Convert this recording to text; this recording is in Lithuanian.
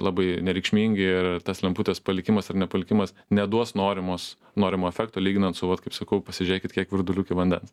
labai nereikšmingi ir tas lemputės palikimas ar nepalikimas neduos norimos norimo efekto lyginant su vat kaip sakau pasižiūrėkit kiek virduliuke vandens